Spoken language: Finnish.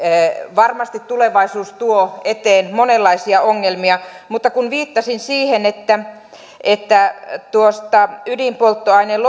varmasti tulevaisuus tuo eteen monenlaisia ongelmia mutta kun viittasin siihen että että ydinpolttoaineen